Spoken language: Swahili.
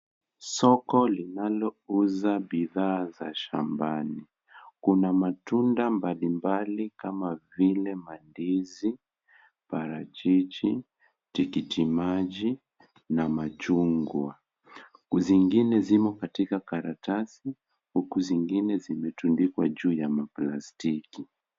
Soko linalouza bidhaa za shambani. Kuna matunda mbalimbali kama vile mandizi, parachichi, tikiti maji na machungwa. Zingine zimo katika karatasi huku zingine zimetundikwa juu ya maplastiki.